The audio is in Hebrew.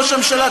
ראש הממשלה,